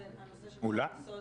זה בסדר.